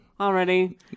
already